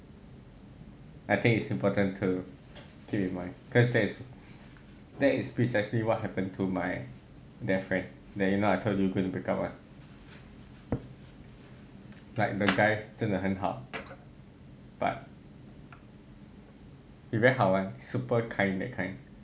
I think it's important to keep in mind cause that is that is precisely what happened to my that friend that you know I told you going to break up one like the guy 真的很好 but he very 好 one super kind that kind